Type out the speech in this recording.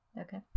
Okay